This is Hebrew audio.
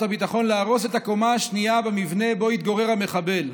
הביטחון להרוס את הקומה השנייה במבנה שבו התגורר המחבל.